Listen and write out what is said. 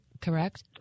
correct